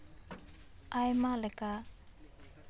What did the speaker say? ᱟᱭᱢᱟ ᱞᱮᱠᱟ